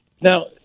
Now